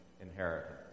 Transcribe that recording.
inheritance